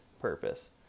purpose